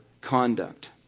conduct